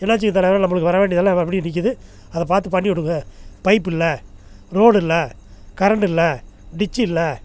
என்னாச்சுங்க தலைவரே நம்மளுக்கு வர வேண்டியதெல்லாம் அப்படியே நிற்கிது அதை பார்த்து பண்ணிவிடுங்க பைப்பில்லை ரோடில்லை கரண்டில்லை டிச்சு இல்லை